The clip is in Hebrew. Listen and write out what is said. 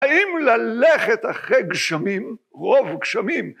‫האם ללכת אחרי גשמים? רוב גשמים.